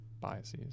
biases